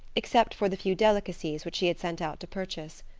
except for the few delicacies which she had sent out to purchase.